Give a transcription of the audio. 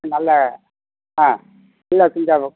நல்ல ஆ ஃபுல்லாக செஞ்சாகும்